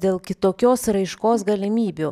dėl kitokios raiškos galimybių